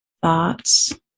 thoughts